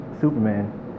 Superman